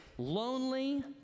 Lonely